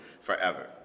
forever